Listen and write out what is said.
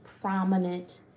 prominent